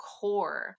core